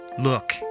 Look